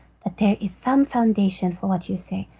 that there is some foundation for what you say.